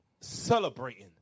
celebrating